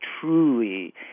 truly